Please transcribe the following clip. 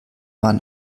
man